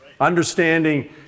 Understanding